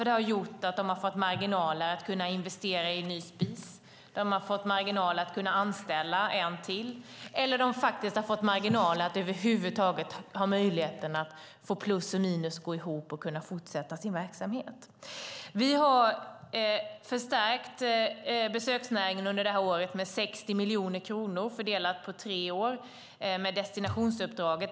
Det har gjort att de har fått marginaler att investera i en ny spis, anställa en till eller över huvud taget ha möjlighet att få plus och minus att gå ihop och fortsätta sin verksamhet. Vi har under detta år förstärkt besöksnäringen med 60 miljoner kronor, fördelat på tre år, med destinationsuppdraget.